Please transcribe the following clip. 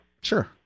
Sure